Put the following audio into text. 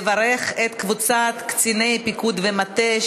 לברך את קבוצת קציני פיקוד ומטה,